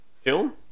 film